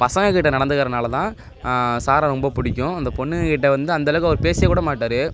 பசங்கக்கிட்ட நடந்துக்கிறனால தான் சாரை ரொம்ப பிடிக்கும் இந்த பொண்ணுகக்கிட்ட வந்து அந்த அளவுக்கு அவரு பேசிக்க கூட மாட்டார்